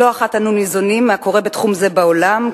לא אחת אנו ניזונים מהקורה בתחום זה בעולם,